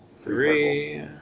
Three